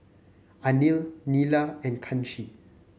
Anil Neila and Kanshi